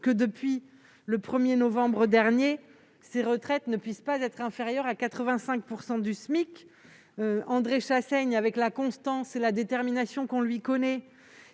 -que, depuis le 1 novembre dernier, ces retraites ne peuvent être inférieures à 85 % du SMIC. André Chassaigne, avec la constance et la détermination qu'on lui connaît,